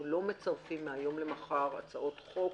אנחנו לא מצרפים מהיום למחר הצעות חוק